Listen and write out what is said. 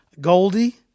Goldie